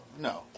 No